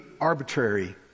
arbitrary